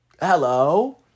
Hello